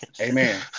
Amen